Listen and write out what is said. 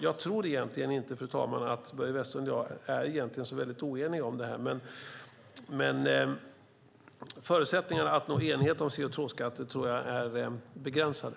Jag tror inte, fru talman, att Börje Vestlund och jag egentligen är så väldigt oeniga om detta, men förutsättningarna för att nå enighet om CO2-skatten tror jag är begränsade.